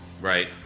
Right